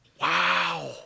Wow